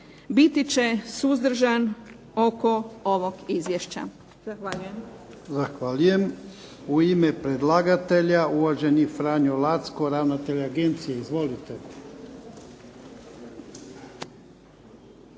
biti će suzdržan oko ovog Izvješća.